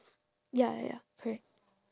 ya ya ya correct